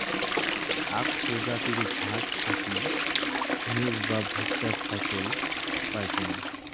আক প্রজাতির ঘাস থাকি মেজ বা ভুট্টা ফছল পাইচুঙ